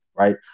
Right